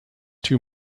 too